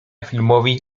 filmowi